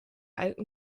alten